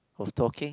of talking